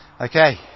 Okay